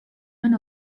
man